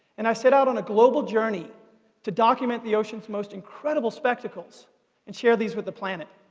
and i set out on a global journey to document the ocean's most incredible spectacles and share these with the planet.